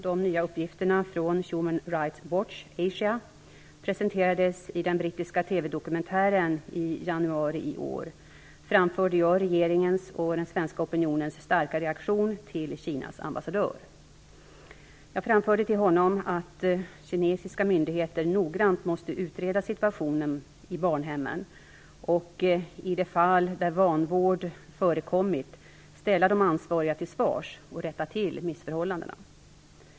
dokumentären i januari i år framförde jag regeringens och den svenska opinionens starka reaktion till Kinas ambassadör. Jag framförde till honom att kinesiska myndigheter noggrant måste utreda situationen i barnhemmen och i de fall där vanvård förekommit ställa de ansvariga till svars och rätta till missförhållandena.